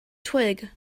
twig